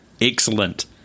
Excellent